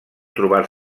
trobar